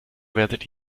werdet